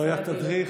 לא היה תדריך,